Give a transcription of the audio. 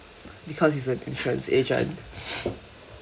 because he is a insurance agent